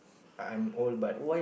I'm old but